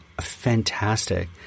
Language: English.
fantastic